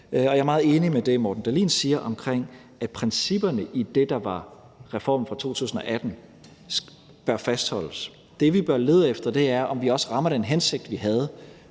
jeg er meget enig i det, hr. Morten Dahlin siger omkring, at principperne i det, der var reformen fra 2018, bør fastholdes. Det, vi bør lede efter, er, om vi også rammer den hensigt, vi havde.